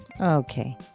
Okay